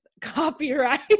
copyright